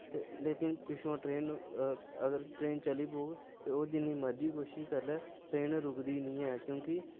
लेकिन पिच्छुआ ट्रेन अगर चली पौग ओह् जिन्नी मर्जी कोशश करी लै ट्रेन रुकदी नेईं ऐ क्योंकी